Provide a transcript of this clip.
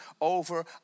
over